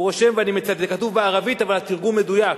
הוא רושם, זה כתוב בערבית, אבל התרגום מדויק,